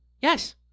Yes